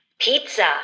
Pizza